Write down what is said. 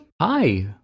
Hi